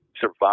survive